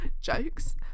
jokes